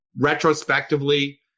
retrospectively